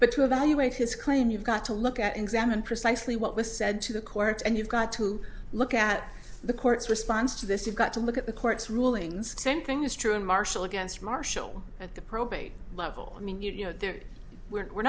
but to evaluate his claim you've got to look at examine precisely what was said to the court and you've got to look at the court's response to this you got to look at the court's rulings same thing is true in marshall against marshall at the probate level i mean you know there were